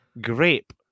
Grape